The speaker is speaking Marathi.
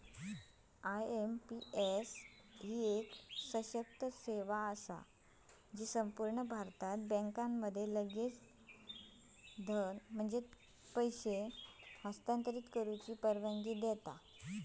आय.एम.पी.एस एक सशक्त सेवा असा जी संपूर्ण भारतात बँकांमध्ये लगेच धन हस्तांतरित करुची परवानगी देता